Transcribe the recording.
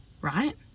right